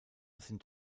sind